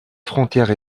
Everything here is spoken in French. frontière